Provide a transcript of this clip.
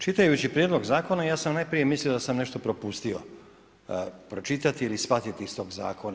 Čitajući prijedlog Zakona, ja sam najprije mislio da sam nešto propustio pročitati ili shvatiti iz tog zakona.